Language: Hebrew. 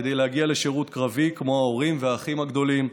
כדי להגיע לשירות קרבי כמו ההורים והאחים הגדולים.